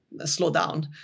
slowdown